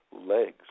legs